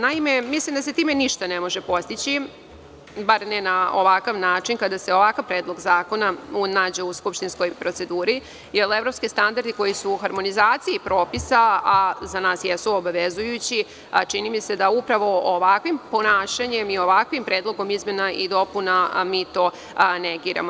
Naime, mislim da se time ništa ne može postići, bar ne na ovakav način, kada se ovakav predlog zakona nađe u skupštinskoj proceduri, jer evropski standardi koji su u harmonizaciji propisa, a za nas jesu obavezujući, čini mi se da upravo ovakvim ponašanjem i ovakvim predlogom izmena i dopuna, a mi to negiramo.